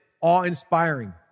awe-inspiring